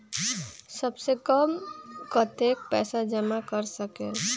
सबसे कम कतेक पैसा जमा कर सकेल?